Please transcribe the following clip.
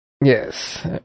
Yes